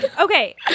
okay